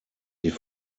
sie